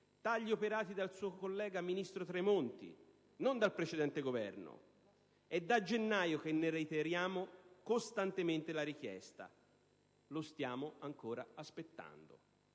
tagli operati dal suo collega ministro Tremonti, non dal precedente Governo. È da gennaio che ne reiteriamo costantemente la richiesta; lo stiamo ancora aspettando.